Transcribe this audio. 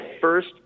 first